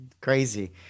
crazy